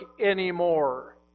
anymore